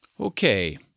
Okay